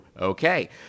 Okay